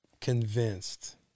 convinced